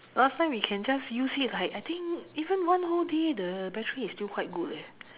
last time you can just use it like I think even one whole day the battery is still quite good leh